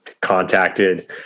contacted